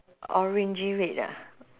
orangey red ah